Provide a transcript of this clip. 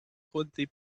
twenty